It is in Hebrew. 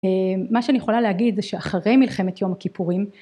מה שאני יכולה להגיד זה שאחרי מלחמת יום הכיפורים